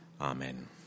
Amen